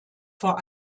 vor